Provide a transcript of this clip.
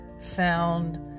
found